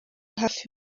hafi